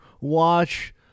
watch